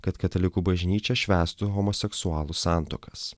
kad katalikų bažnyčia švęstų homoseksualų santuokas